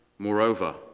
Moreover